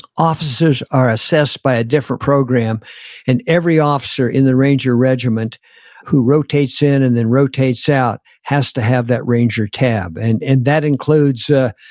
officers are assessed by a different program and every officer in the ranger regiment who rotates in and then rotates out, has to have that ranger tab and and that includes a,